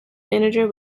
manager